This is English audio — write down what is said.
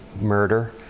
murder